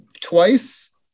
twice